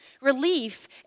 relief